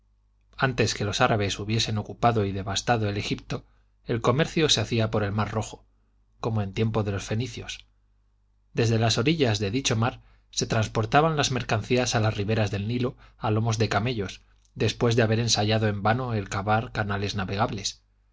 antes que los árabes hubiesen ocupado y devastado el egipto el comercio se hacía por el mar rojo como en tiempo de los fenicios desde las orillas de dicho mar se transportaban las mercancías a las riberas del nilo a lomos de camellos después de haber ensayado en vano el cavar canales navegables